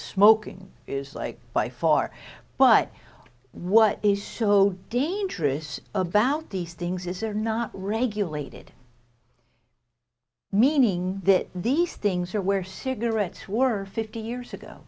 smoking is like by far but what is so dangerous about these things is are not regulated meaning that these things are where cigarettes were fifty years ago